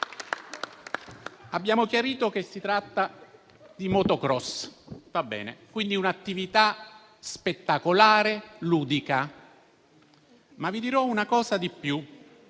Abbiamo chiarito che si tratta di *motocross* e, quindi, di un'attività spettacolare ludica. Vi dirò però una cosa di più.